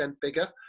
bigger